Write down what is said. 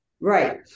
right